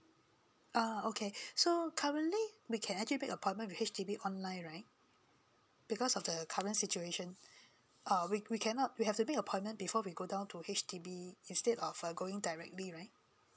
ah okay so currently we can actually make appointment with H_D_B online right because of the current situation uh we we cannot we have to make appointment before we go down to H_D_B instead of uh going directly right